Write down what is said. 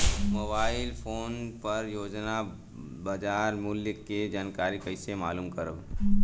Mobile phone पर रोजाना बाजार मूल्य के जानकारी कइसे मालूम करब?